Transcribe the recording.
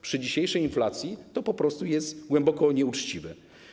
Przy dzisiejszej inflacji to po prostu jest głęboko nieuczciwe.